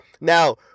Now